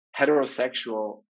heterosexual